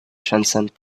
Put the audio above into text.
transcend